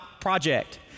project